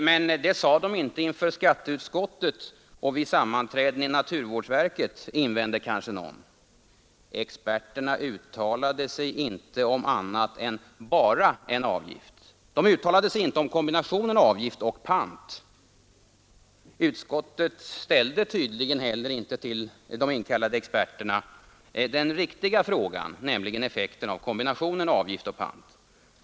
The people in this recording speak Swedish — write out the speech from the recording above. Men det sade man inte inför skatteutskottet och vid sammanträden i naturvårdsverket, invänder kanske någon. Experterna uttalade sig inte om annat än en avgift. De uttalade sig inte om kombinationen avgift-pant. Utskottet ställde tydligen inte till de inkallade experterna den riktiga frågan, nämligen om effekten av kombinationen avgift-pant.